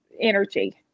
energy